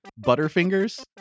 Butterfingers